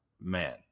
man